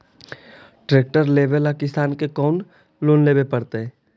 Tractor लेवेला किसान के कौन लोन लेवे पड़तई?